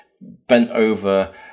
bent-over